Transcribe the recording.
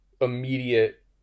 immediate